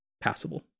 passable